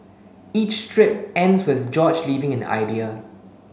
each strip ends with George leaving an idea